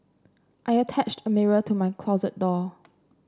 I attached a mirror to my closet door